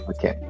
Okay